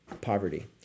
poverty